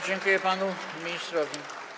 Dziękuję panu ministrowi.